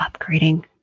upgrading